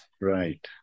Right